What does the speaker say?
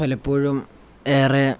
പലപ്പോഴും ഏറെ